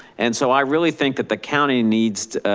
and so i really think that the county needs,